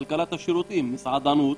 מסעדנות,